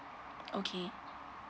okay